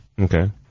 Okay